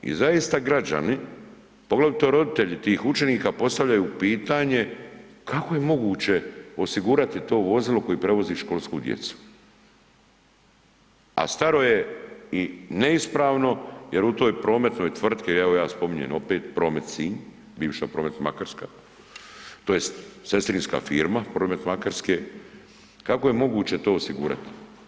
I zaista građani, poglavito roditelji tih učenika postavljaju pitanje, kako je moguće osigurati to vozilo koje prevozi školsku djecu, a staro je i neispravno jer u toj prometnoj tvrtki, evo ja spominjem opet Promet Sinj, bivša Promet Makarska, tj. sestrinska firma Promet Makarske, kako je moguće to osigurati?